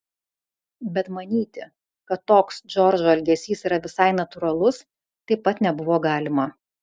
bet manyti kad toks džordžo elgesys yra visai natūralus taip pat nebuvo galima